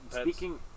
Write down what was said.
Speaking